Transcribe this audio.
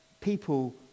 People